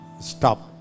stop